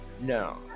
No